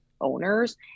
owners